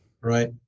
right